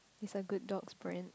he's a good dog friend